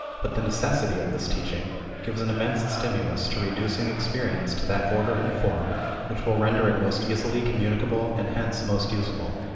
but the necessity of this teaching gives an immense stimulus to reducing experience to that order and form which will render it most easily communicable and hence most usable.